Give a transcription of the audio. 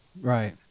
Right